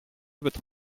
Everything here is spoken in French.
votre